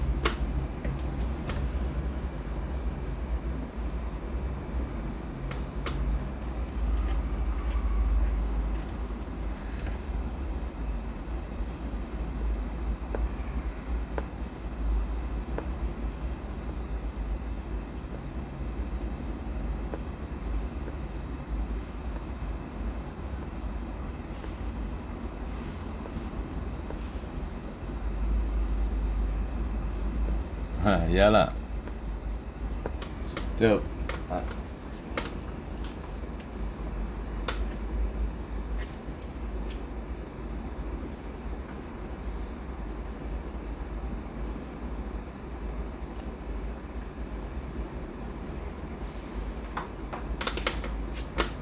ha ya lah the ah